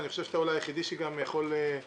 אני חושב שאתה אולי היחיד שיכול להתאים